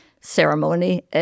ceremony